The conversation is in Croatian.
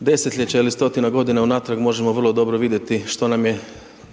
desetljeća ili stotina godina unatrag, možemo vrlo dobro vidjeti što nam je